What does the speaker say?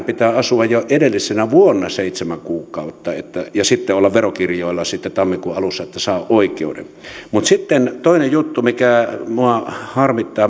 pitää asua jo edellisenä vuonna seitsemän kuukautta ja sitten olla verokirjoilla tammikuun alussa että saa oikeuden sitten toinen juttu mikä minua